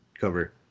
cover